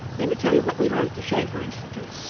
let me tell you what we learned at the shanker institute.